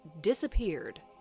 disappeared